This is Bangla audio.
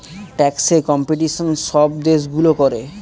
ট্যাক্সে কম্পিটিশন সব দেশগুলো করে